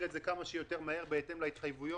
את זה כמה שיותר מהר בהתאם להתחייבויות,